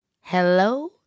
Hello